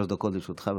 שלוש דקות לרשותך.